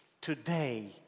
today